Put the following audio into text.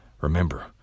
remember